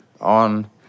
on